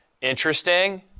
interesting